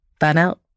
burnout